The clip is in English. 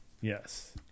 Yes